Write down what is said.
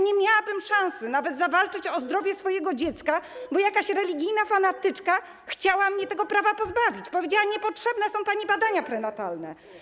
Nie miałabym szansy nawet zawalczyć o zdrowie swojego dziecka, bo jakaś religijna fanatyczka chciała mnie tego prawa pozbawić, powiedziała: Niepotrzebne są pani badania prenatalne.